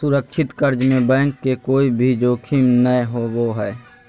सुरक्षित कर्ज में बैंक के कोय भी जोखिम नय होबो हय